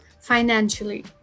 financially